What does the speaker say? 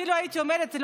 אפילו הייתי אומרת,